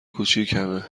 کوچیکمه